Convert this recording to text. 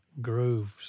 grooves